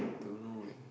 don't know leh